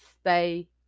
stay